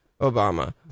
Obama